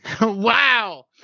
Wow